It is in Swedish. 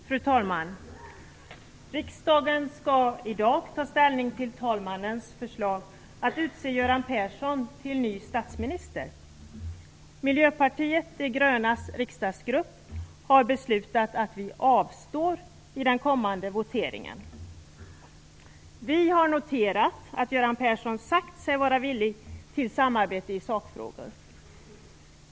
Fru talman! Riksdagen skall i dag ta ställning till talmannens förslag att utse Göran Persson till ny statsminister. Miljöpartiet de grönas riksdagsgrupp har beslutat att vi avstår från att rösta i den kommande voteringen. Vi har noterat att Göran Persson sagt sig vara villig till samarbete i sakfrågor.